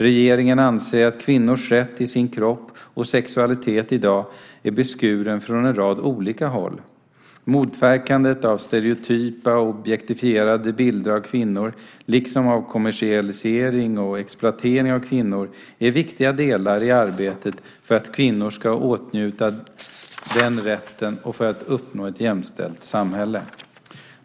Regeringen anser att kvinnors rätt till sin kropp och sexualitet i dag är beskuren från en rad olika håll. Motverkandet av stereotypa och objektifierande bilder av kvinnor, liksom av kommersialisering och exploatering av kvinnor, är viktiga delar i arbetet för att kvinnor ska kunna åtnjuta den rätten och för att uppnå ett jämställt samhälle.